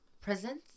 presents